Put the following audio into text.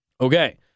Okay